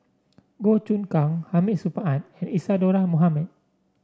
Goh Choon Kang Hamid Supaat and Isadhora Mohamed